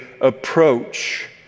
approach